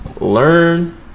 Learn